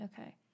Okay